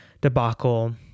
debacle